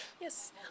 Yes